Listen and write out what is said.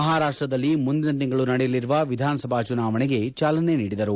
ಮಹಾರಾಷ್ವದಲ್ಲಿ ಮುಂದಿನ ತಿಂಗಳು ನಡೆಯಲಿರುವ ವಿಧಾನಸಭಾ ಚುನಾವಣೆಗೆ ಚಾಲನೆ ನೀಡಿದರು